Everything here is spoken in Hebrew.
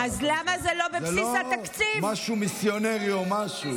זה לא משהו מיסיונרי או משהו.